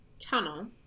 tunnel